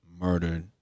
murdered